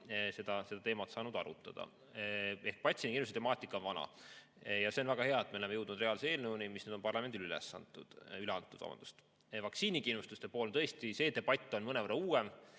seda teemat saanud arutada. Ehk patsiendikindlustuse temaatika on vana. See on väga hea, et me oleme jõudnud reaalse eelnõuni, mis nüüd on parlamendile üle antud. Vaktsiinikindlustuste pool, tõesti, see debatt on mõnevõrra uuem.